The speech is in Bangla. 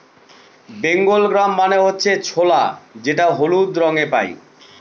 বেঙ্গল গ্রাম মানে হচ্ছে ছোলা যেটা হলুদ রঙে পাই